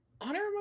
honor